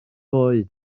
oed